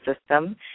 system